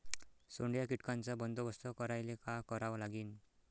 सोंडे या कीटकांचा बंदोबस्त करायले का करावं लागीन?